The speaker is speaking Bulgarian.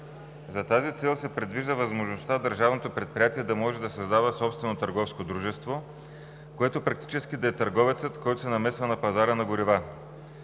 За тази цел се предвижда възможността Държавното предприятие да може да създава собствено търговско дружество, което практически да е търговецът, който се намесва на пазара на горива.